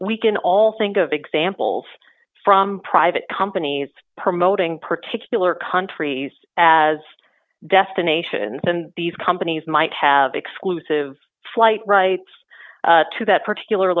we can all think of examples from private companies promoting particular countries as destinations and these companies might have exclusive flight rights to that particular